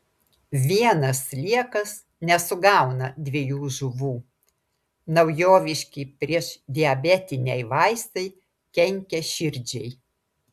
vienas sliekas nesugauna dviejų žuvų naujoviški priešdiabetiniai vaistai kenkia širdžiai